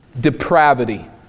depravity